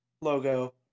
logo